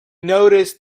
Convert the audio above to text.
noticed